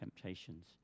temptations